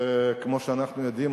וכמו שאנחנו יודעים,